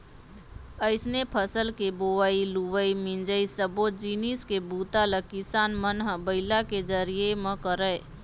अइसने फसल के बोवई, लुवई, मिंजई सब्बो जिनिस के बूता ल किसान मन ह बइला के जरिए म करय